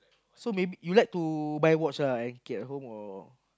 so maybe you like buy watch lah and keep at home or